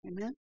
Amen